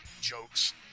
Jokes